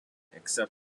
except